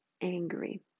angry